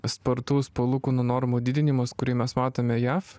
spartus palūkanų normų didinimas kurį mes matome jav